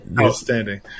Outstanding